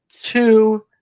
two